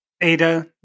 Ada